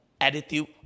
attitude